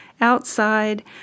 Outside